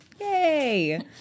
Yay